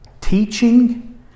teaching